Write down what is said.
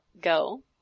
go